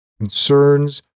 concerns